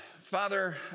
Father